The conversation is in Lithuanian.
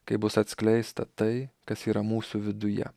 kai bus atskleista tai kas yra mūsų viduje